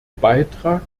beitrag